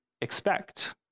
expect